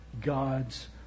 God's